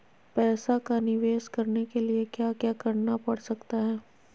पैसा का निवेस करने के लिए क्या क्या करना पड़ सकता है?